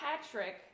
Patrick